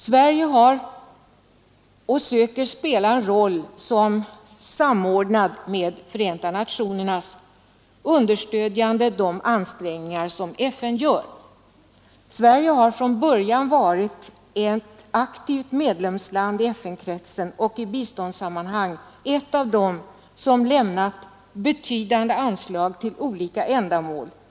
Sverige söker spela en roll, samordnad med Förenta nationerna och understödjande de ansträngningar som FN gör. Sverige har från början varit ett aktivt medlemsland i FN-kretsen, och i biståndssammanhang har Sverige varit ett av de länder som lämnat betydande anslag till olika ändamål.